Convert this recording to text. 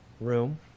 room